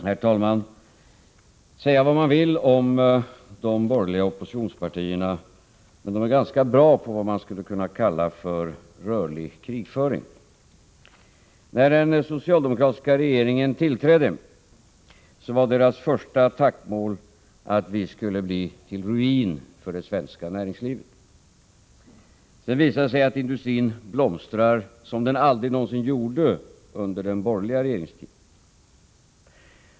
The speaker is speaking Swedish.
Herr talman! Säga vad man vill om de borgerliga oppositionspartierna, men de är ganska bra på vad man skulle kunna kalla för rörlig krigföring. När den socialdemokratiska regeringen tillträdde var de borgerligas första attackmål att vi skulle bli till ruin för det svenska näringslivet. Sedan visade det sig att industrin blomstrar som den aldrig någonsin gjorde under den borgerliga regeringstiden.